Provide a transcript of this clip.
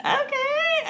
okay